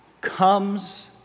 comes